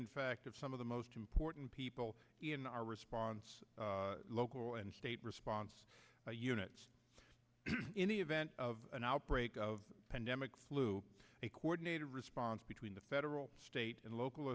in fact of some of the most important people in our response local and state response units in the event of an outbreak of pandemic flu a coordinated response between the federal state and local